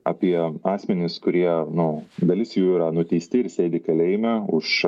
apie asmenis kurie nu dalis jų yra nuteisti ir sėdi kalėjime už